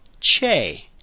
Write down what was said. che